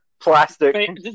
plastic